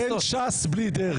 לדעתי, אין ש"ס בלי דרעי.